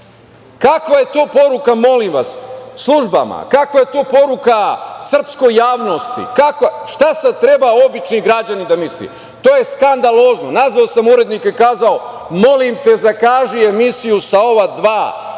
kakva je to poruka, molim vas, službama, kakva je to poruka srpskoj javnosti? Šta sad treba običan građanin da misli? To je skandalozno. Nazvao sam urednika i kazao - molim te, zakaži emisiju sa ova dva